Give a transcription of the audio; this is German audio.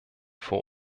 vor